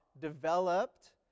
developed